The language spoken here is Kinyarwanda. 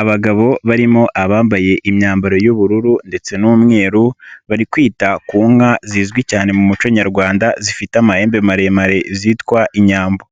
Abagabo barimo abambaye imyambaro y'ubururu ndetse n'umweru bari kwita ku nka zizwi cyane mu muco nyarwanda, zifite amahembe maremare zitwa inyambo,